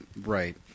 Right